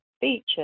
features